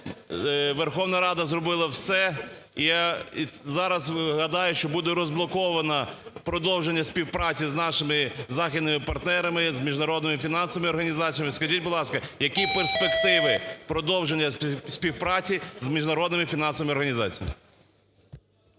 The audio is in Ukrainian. Верховна Рада зробила все. І я зараз гадаю, що буде розблоковано продовження співпраці з нашими західними партнерами, з міжнародними фінансовими організаціями. Скажіть, будь ласка, які перспективи продовження співпраці з міжнародними фінансовими організаціями?